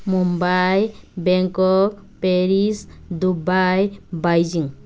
Mumbai Bangkok Paris Dubai Beijing